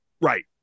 Right